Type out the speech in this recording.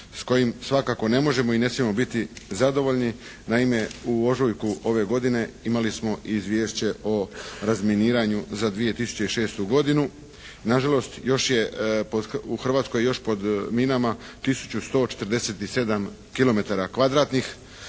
s kojim svakako ne možemo i ne smijemo biti zadovoljni. Naime, u ožujku ove godine imali smo izvješće o razminiranju za 2006. godinu. Nažalost, još je u Hrvatskoj pod minama tisuću